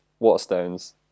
Waterstones